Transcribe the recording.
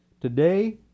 Today